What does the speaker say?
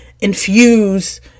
infuse